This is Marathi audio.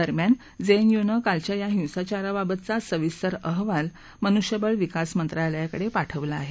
दरम्यान जेएनयूनं कालच्या या हिंसाचाराबाबतचा सविस्तर अहवाल मनुष्यबळ विकास मंत्रालयाकडे पाठवला आहे